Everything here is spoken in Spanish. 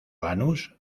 lanús